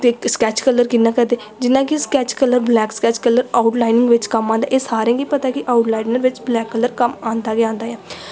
ते sketch colour कि'यां करदे जियां कि sketch colour black sketch colour outlining बिच्च कम्म आंदा एह् सारें गी पता ऐ कि आउट लाईनर बिच्च ब्लैक कलर कम्म आंदा गै आंदा ऐ